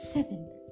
Seventh